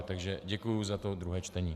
Takže děkuji za to druhé čtení.